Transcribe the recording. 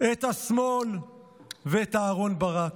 את השמאל ואת אהרן ברק.